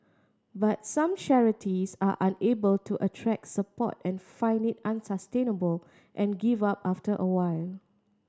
but some charities are unable to attract support and find it unsustainable and give up after a while